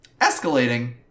Escalating